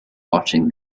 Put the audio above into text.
watching